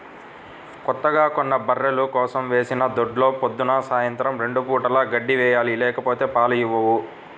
కొత్తగా కొన్న బర్రెల కోసం వేసిన దొడ్లో పొద్దున్న, సాయంత్రం రెండు పూటలా గడ్డి వేయాలి లేకపోతే పాలు ఇవ్వవు